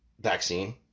vaccine